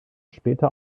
später